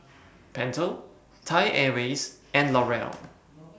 Pentel Thai Airways and L'Oreal